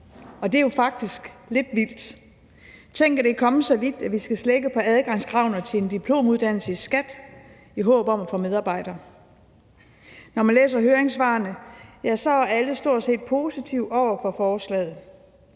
dag. Det er jo faktisk lidt vildt; tænk, at det er kommet så vidt, at vi skal slække på adgangskravene til en diplomuddannelse i skat i håb om at få medarbejdere. Når man læser høringssvarene, kan man se, at stort set alle er positive over for forslaget.